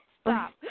stop